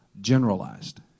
generalized